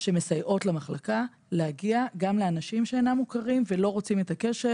שמסייעות גם למחלקה להגיע לאנשים שאינם מוכרים ולא רוצים את הקשר,